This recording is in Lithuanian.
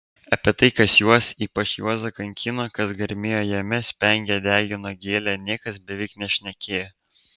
apie tai kas juos ypač juozą kankino kas garmėjo jame spengė degino gėlė niekas beveik nešnekėjo